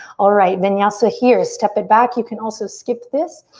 alright, vinyasa here. step it back. you can also skip this.